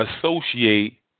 associate